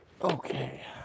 Okay